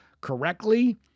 correctly